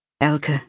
Elke